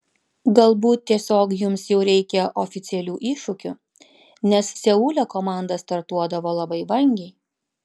galbūt tiesiog jums jau reikia oficialių iššūkių nes seule komanda startuodavo labai vangiai